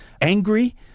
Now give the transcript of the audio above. angry